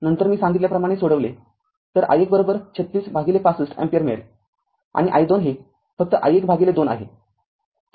नंतर मी सांगितल्याप्रमाणे सोडविले तर i१३६६५ अँपिअर मिळेल आणि i२ हे फक्त i१ भागिले २ आहे